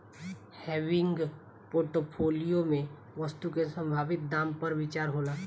हेविंग portfolio में वस्तु के संभावित दाम पर विचार होला